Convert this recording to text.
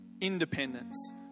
independence